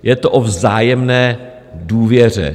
Je to o vzájemné důvěře.